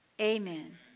amen